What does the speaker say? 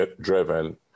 driven